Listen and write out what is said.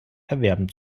erwerben